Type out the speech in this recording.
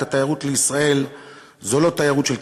התיירות לישראל זו לא תיירות של קזינו,